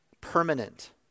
permanent